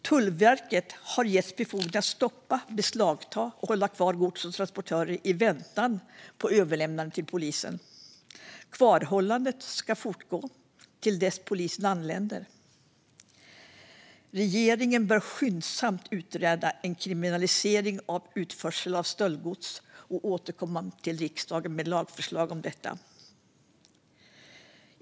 Tullverket hade då getts befogenhet att stoppa, beslagta och hålla kvar gods eller transportörer i väntan på överlämnande till polisen. Kvarhållandet borde kunna fortgå till dess att polisen anländer. Regeringen bör skyndsamt utreda en kriminalisering av utförsel av stöldgods och återkomma till riksdagen med lagförslag om detta.